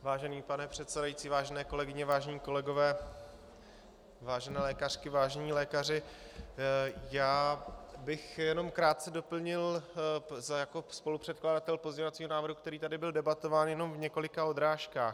Vážený pane předsedající, vážené kolegyně, vážení kolegové, vážené lékařky, vážení lékaři, já bych jenom krátce doplnil jako spolupředkladatel pozměňovacího návrhu, který tady byl debatován, jenom v několika odrážkách.